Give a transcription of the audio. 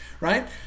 right